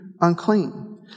unclean